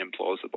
implausible